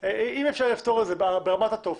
אם אפשר לפתור את זה ברמת טופס,